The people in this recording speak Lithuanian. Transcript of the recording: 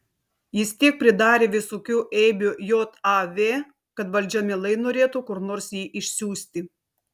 jis tiek pridarė visokių eibių jav kad valdžia mielai norėtų kur nors jį išsiųsti